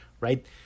right